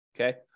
Okay